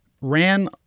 ran